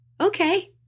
Okay